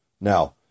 Now